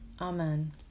Amen